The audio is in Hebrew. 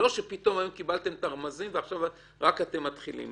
לא שפתאום קיבלתם את הרמזים ורק עכשיו אתם מתחילים.